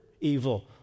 evil